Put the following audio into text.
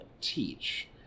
teach